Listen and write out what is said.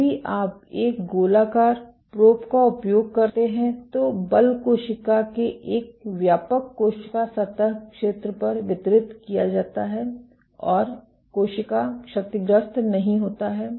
यदि आप एक गोलाकार प्रॉब का उपयोग करते हैं तो बल कोशिका के एक व्यापक कोशिका सतह क्षेत्र पर वितरित किया जाता है और कोशिका क्षतिग्रस्त नहीं होता है